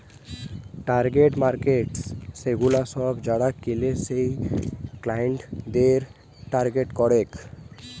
target markets সেগুলা সব যারা কেলে সেই ক্লায়েন্টদের টার্গেট করেক